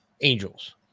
angels